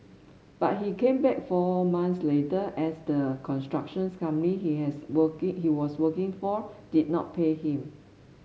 but he came back four months later as the construction's company he has working he was working for did not pay him